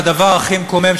הדבר הכי מקומם,